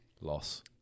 Loss